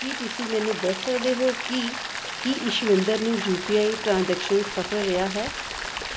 ਕੀ ਤੁਸੀਂ ਮੈਨੂੰ ਦੱਸ ਸਕਦੇ ਹੋ ਕਿ ਕੀ ਇਸ਼ਵਿੰਦਰ ਨੂੰ ਯੂ ਪੀ ਆਈ ਟ੍ਰਾਂਜੈਕਸ਼ਨ ਸਫਲ ਰਿਹਾ ਹੈ